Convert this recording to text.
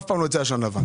אף פעם לא יוצא עשן לבן.